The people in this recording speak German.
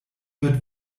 wird